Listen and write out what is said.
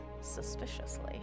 suspiciously